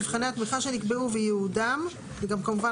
מבחני התמיכה שנקבעו וייעודם וגם כמובן